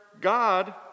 God